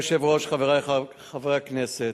אדוני היושב-ראש, חברי חברי הכנסת,